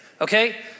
okay